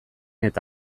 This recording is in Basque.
eta